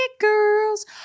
Girls